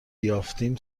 یافتیم